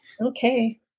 Okay